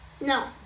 No